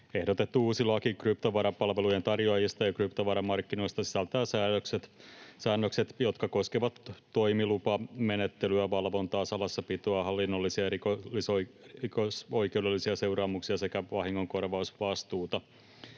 Ehdotettu uusi laki kryptovarapalvelujen tarjoajista ja kryptovaramarkkinoista sisältää säännökset, jotka koskevat toimilupamenettelyä, valvontaa, salassapitoa, hallinnollisia ja rikosoikeudellisia seuraamuksia sekä vahingonkorvausvastuuta.